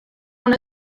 una